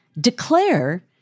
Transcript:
declare